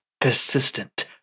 persistent